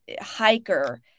hiker